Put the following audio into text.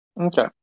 Okay